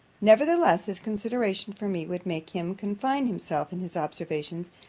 nevertheless, his consideration for me would make him confine himself, in his observations,